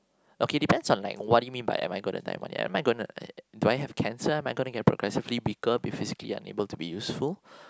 okay depends on like what do you mean by am I gonna die in one year am I gonna eh do I have cancer am I gonna get progressively weaker be physically unable to be useful